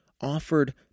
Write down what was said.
offered